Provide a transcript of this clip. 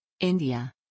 India